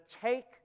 take